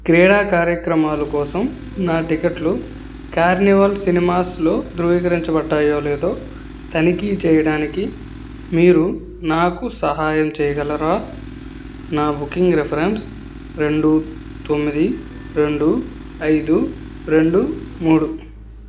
క్రీడా కార్యక్రమాలు కోసం నా టిక్కెట్లు కార్నివాల్ సినిమాస్లో ధృవీకరించబడ్డాయో లేదో తనిఖీ చేయడానికి మీరు నాకు సహాయం చేయగలరా నా బుకింగ్ రిఫరెన్స్ రెండు తొమ్మిది రెండు ఐదు రెండు మూడు